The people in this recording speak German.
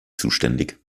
zuständig